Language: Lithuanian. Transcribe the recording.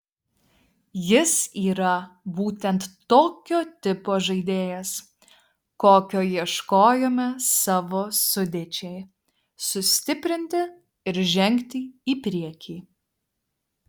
jis yra būtent tokio tipo žaidėjas kokio ieškojome savo sudėčiai sustiprinti ir žengti į priekį